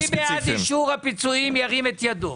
מי בעד אישור הפיצויים, ירים את ידו?